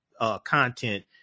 content